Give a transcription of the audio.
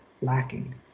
lacking